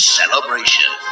celebration